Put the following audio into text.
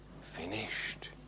finished